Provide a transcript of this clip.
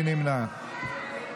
מי נמנע?